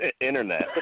Internet